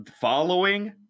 following